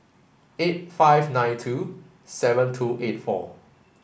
eight five nine two seven two eight four